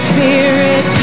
Spirit